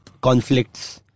conflicts